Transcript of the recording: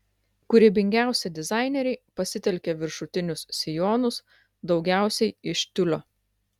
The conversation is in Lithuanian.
kūrybingiausi dizaineriai pasitelkė viršutinius sijonus daugiausiai iš tiulio